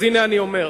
אז הנה אני אומר: